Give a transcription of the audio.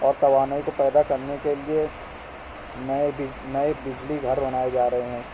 اور توانائی کو پیدا کرنے کے لیے نئے بج نئے بجلی گھر بنائے جا رہے ہیں